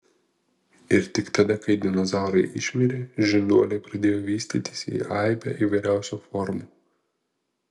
ir tik tada kai dinozaurai išmirė žinduoliai pradėjo vystytis į aibę įvairiausių formų